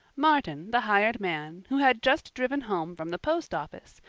martin, the hired man, who had just driven home from the post office,